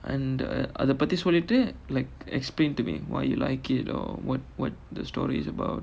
and uh அத பத்தி சொல்லிட்டு:atha pathi sollittu like explain to me why you like it or what what the story is about